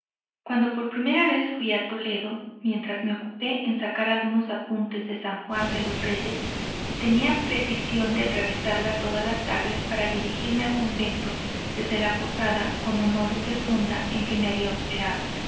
cuando por primera vez fui a toledo mientras me ocupé en sacar algunos apuntes de san juan de los reyes tenía precisión de atravesarla todas las tardes para dirigirme al convento desde la posada con honores de fonda en que me había hospedado